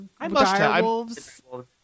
direwolves